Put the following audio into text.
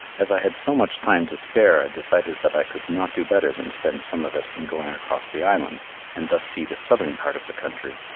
as i had so much time to spare, i decided that i could not do better than spend some of it in going across the island and thus see the southern part of the country,